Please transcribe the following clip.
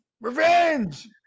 revenge